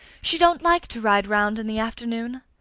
she don't like to ride round in the afternoon.